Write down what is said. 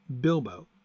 Bilbo